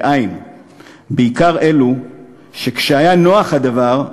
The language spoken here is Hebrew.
בעיקר אלו שכשהיה נוח הדבר,